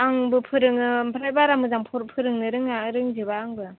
आंबो फोरोङो ओमफ्राय बारा मोजां फर फोरोंनो रोङा रोंजोबा आंबो